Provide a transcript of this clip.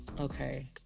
Okay